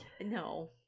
No